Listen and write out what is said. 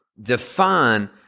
define